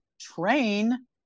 train